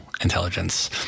intelligence